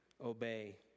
obey